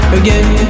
again